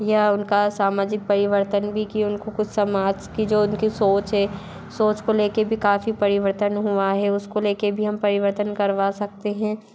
या उनका सामाजिक परिवर्तन भी कि उनको कुछ समाज की जो उनकी सोच है सोच को लेके भी काफ़ी परिवर्तन हुआ है उसको ले के भी हम परिवर्तन करवा सकते हैं